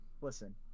Listen